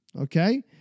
Okay